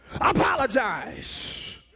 Apologize